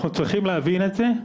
אנחנו צריכים להבין את זה,